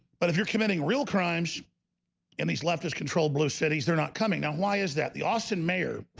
but if you're committing real crimes in these leftist control blue cities, they're not coming now. why is that the austin mayor?